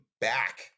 back